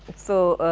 so